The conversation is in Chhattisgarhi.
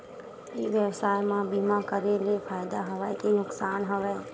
ई व्यवसाय म बीमा करे ले फ़ायदा हवय के नुकसान हवय?